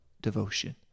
devotion